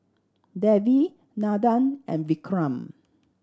Devi Nandan and Vikram